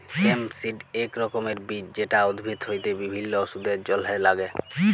hemp seed এক রকমের বীজ যেটা উদ্ভিদ হইতে বিভিল্য ওষুধের জলহে লাগ্যে